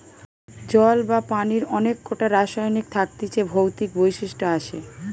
জল বা পানির অনেক কোটা রাসায়নিক থাকতিছে ভৌতিক বৈশিষ্ট আসে